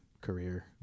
career